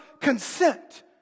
consent